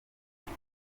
york